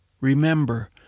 Remember